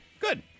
Good